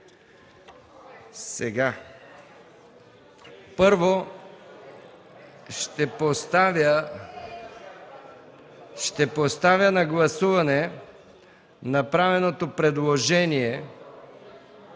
прието. Първо, ще поставя на гласуване направеното предложение